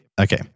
Okay